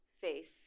Face